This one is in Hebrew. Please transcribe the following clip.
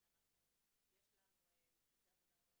יש לנו ממשקי עבודה מאוד